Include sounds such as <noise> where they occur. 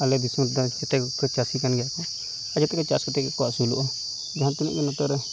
ᱟᱞᱮ ᱫᱤᱥᱚᱢ <unintelligible> ᱠᱟᱛᱮᱫ <unintelligible> ᱪᱟᱥᱤᱠᱟᱱ ᱜᱮᱭᱟᱠᱚ ᱟᱨ ᱡᱮᱛᱮᱜᱮ ᱪᱟᱥ ᱠᱟᱛᱮᱫᱜᱮᱠᱚ ᱟᱹᱥᱩᱞᱚᱜᱼᱟ ᱡᱟᱦᱟᱸ ᱛᱤᱱᱟᱹᱜ ᱜᱮ ᱱᱚᱛᱮᱨᱮ